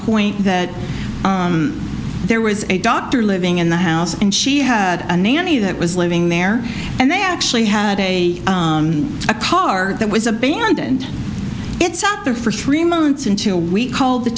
point that there was a doctor living in the house and she had a nanny that was living there and they actually had a car that was abandoned it's out there for three months until we called the